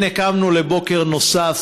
הנה קמנו לבוקר נוסף,